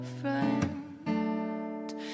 friend